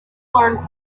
learn